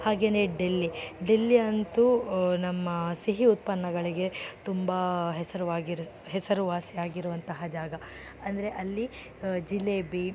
ಹಾಗೆಯೇ ಡೆಲ್ಲಿ ಡೆಲ್ಲಿ ಅಂತೂ ನಮ್ಮ ಸಿಹಿ ಉತ್ಪನ್ನಗಳಿಗೆ ತುಂಬ ಹೆಸರುವಾಗಿರೋ ಹೆಸರುವಾಸಿ ಆಗಿರುವಂತಹ ಜಾಗ ಅಂದರೆ ಅಲ್ಲಿ ಜಿಲೇಬಿ